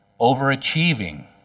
Overachieving